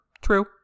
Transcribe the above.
true